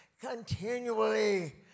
continually